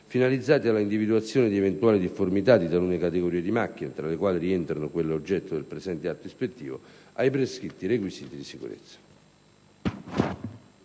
finalizzati alla individuazione di eventuali difformità di talune categorie di macchine (fra le quali rientrano quelle oggetto del presente atto ispettivo) ai prescritti requisiti di sicurezza.